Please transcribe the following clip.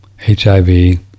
HIV